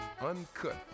uncut